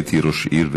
הייתי ראש עיר,